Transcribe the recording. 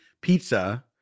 pizza